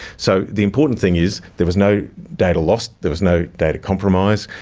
so the important thing is there was no data lost, there was no data compromised,